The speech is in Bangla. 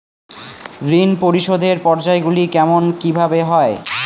ঋণ পরিশোধের পর্যায়গুলি কেমন কিভাবে হয়?